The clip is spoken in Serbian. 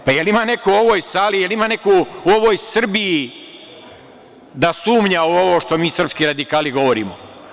Pa da li ima neko u ovoj sali, da li ima neko u ovoj Srbiji da sumnja u ovo što mi srpski radikali govorimo?